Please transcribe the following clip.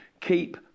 Keep